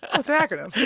ah it's an acronym, yeah.